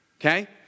okay